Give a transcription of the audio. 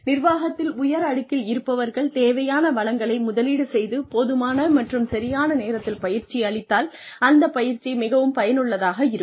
நிர்வாகத்தில் உயர் அடுக்கில் இருப்பவர்கள் தேவையான வளங்களை முதலீடு செய்து போதுமான மற்றும் சரியான நேரத்தில் பயிற்சி அளித்தால் அந்த பயிற்சி மிகவும் பயனுள்ளதாக இருக்கும்